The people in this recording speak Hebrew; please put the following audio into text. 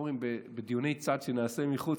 בדיוני צד שנעשה בחוץ,